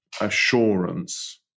assurance